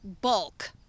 bulk